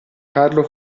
carlo